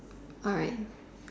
alright